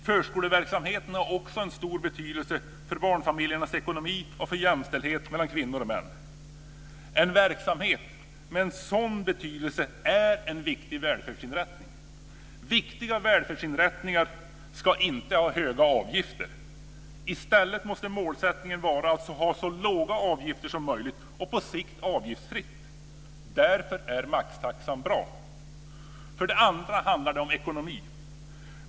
Förskoleverksamheten har också stor betydelse för barnfamiljernas ekonomi och för jämställdheten mellan kvinnor och män. En verksamhet med en sådan betydelse är en viktig välfärdsinrättning, och viktiga välfärdsinrättningar ska inte ha höga avgifter. I stället måste målsättningen vara att ha så låga avgifter som möjligt - på sikt avgiftsfritt. Därför är maxtaxan bra! För det andra handlar det om ekonomi.